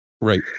Right